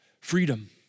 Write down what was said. freedom